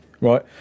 right